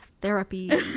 therapy